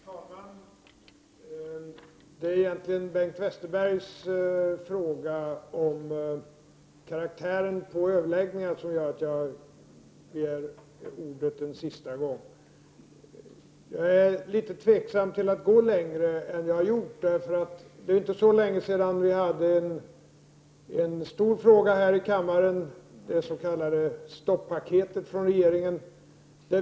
Fru talman! Det är egentligen Bengt Westerbergs fråga om karaktären på överläggningen som gör att jag begär ordet en sista gång. Jag är litet tveksam till att gå längre än jag har gjort. Det är inte så länge sedan vi debatterade en stor fråga här i kammaren, det s.k. stopp-paketet från regeringen.